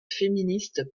féministes